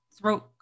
throat